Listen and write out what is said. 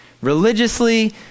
Religiously